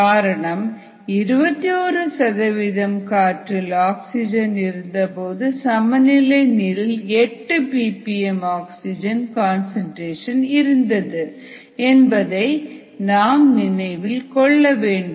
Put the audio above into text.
காரணம் 21 சதவிகிதம் காற்றில் ஆக்சிஜன் இருந்தபோது சமநிலையில் நீரில் 8ppm ஆக்சிஜன் கன்சன்ட்ரேஷன் இருந்தது என்பதை நாம் நினைவில் கொள்ளவேண்டும்